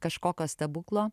kažkokio stebuklo